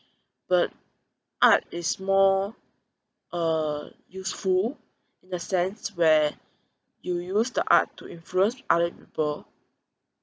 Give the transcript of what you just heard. but art is more uh useful in a sense where you use the art to influence other people